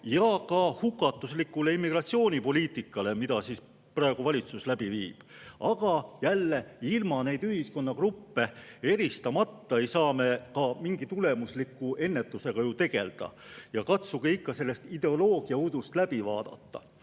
ja ka hukatuslikule immigratsioonipoliitikale, mida praegu valitsus läbi viib. Aga jälle, ilma neid ühiskonnagruppe eristamata ei saa me mingi tulemusliku ennetusega ju tegelda. Katsuge ikka sellest ideoloogiaudust läbi vaadata.